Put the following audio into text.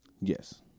Yes